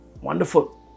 Wonderful